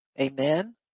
amen